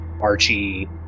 Archie